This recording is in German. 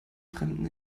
fremden